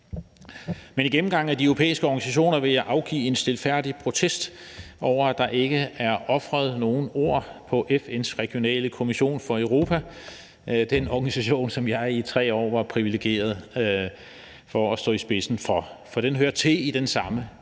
med gennemgangen af de europæiske organisationer vil jeg afgive en stilfærdig protest over, at der ikke er ofret nogen ord på FN's regionale kommission for Europa, UNECE – den organisation, som jeg i 3 år var så privilegeret at stå i spidsen for. For den hører til i den samme